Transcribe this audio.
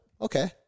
Okay